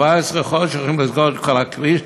14 חודש הולכים לסגור את כל הכביש,